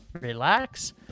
relax